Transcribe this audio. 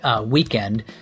weekend